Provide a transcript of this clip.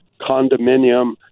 condominium